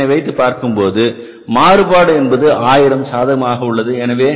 எனவே இதனை வைத்து பார்க்கும் போது மாறுபாடு என்பது ஆயிரம் சாதகமாக உள்ளது